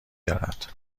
دارد